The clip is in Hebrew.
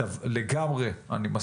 אני מסכים לגמרי.